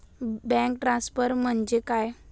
Bank transfer म्हणजे काय?